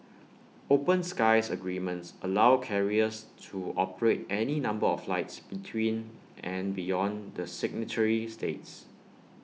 open skies agreements allow carriers to operate any number of flights between and beyond the signatory states